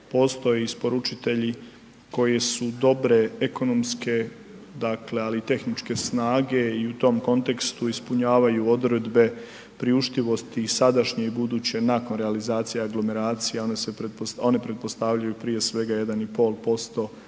postoji isporučitelji koje su dobre ekonomske, dakle ali i tehničke snage i u tom kontekstu ispunjavaju odredbe priuštivosti i sadašnje i buduće, nakon realizacije aglomeracije, onda pretpostavljaju prije svega, 1,5%